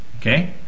okay